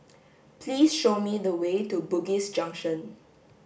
please show me the way to Bugis Junction